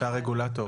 אתה רגולטור.